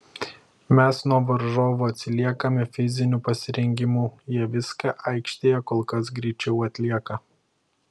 mes nuo varžovų atsiliekame fiziniu pasirengimu jie viską aikštėje kol kas greičiau atlieka